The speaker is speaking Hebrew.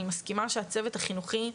אני מסכימה שהצוות החינוכי,